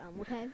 okay